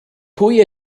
pwy